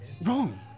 Wrong